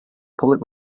public